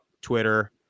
twitter